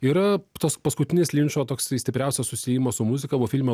ir toks paskutinis linčo toksai stipriausias susiejimas su muzika buvo filme